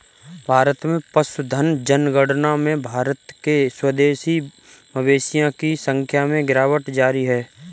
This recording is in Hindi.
भारत में पशुधन जनगणना में भारत के स्वदेशी मवेशियों की संख्या में गिरावट जारी है